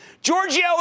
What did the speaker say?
Giorgio